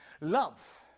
Love